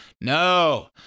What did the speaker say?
No